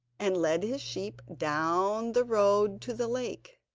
and led his sheep down the road to the lake.